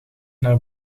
naar